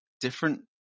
different